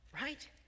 right